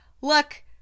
Look